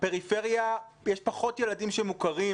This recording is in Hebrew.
שבפריפריה יש פחות ילדים שמוכרים